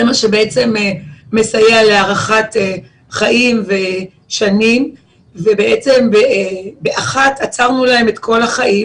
מה שבעצם מסייע להארכת חיים ושנים ובאחת עצרנו להם את כל החיים